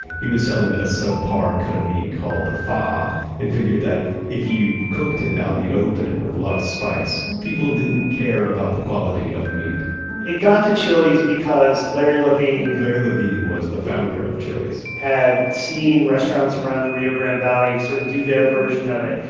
he was selling a subpar cut of meat called the faja and figured that if you cooked it out in the open with a lot of spice, people didn't care about the quality of the meat it got to chili's because of larry levine larry levine was the founder of chili's had seen restaurants around the rio grande valley sort of do their version of it.